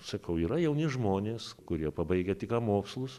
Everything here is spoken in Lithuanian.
sakau yra jauni žmonės kurie pabaigę tik ką mokslus